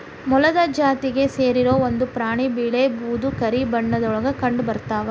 ಮೊಲದ ಜಾತಿಗೆ ಸೇರಿರು ಒಂದ ಪ್ರಾಣಿ ಬಿಳೇ ಬೂದು ಕರಿ ಬಣ್ಣದೊಳಗ ಕಂಡಬರತಾವ